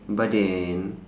but then